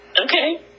Okay